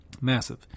massive